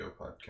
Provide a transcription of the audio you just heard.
podcast